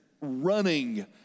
running